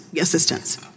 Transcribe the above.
assistance